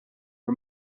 her